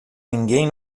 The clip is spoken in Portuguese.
ninguém